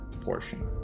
portion